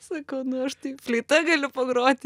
sakau aš tai fleita galiu pagroti